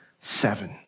Seven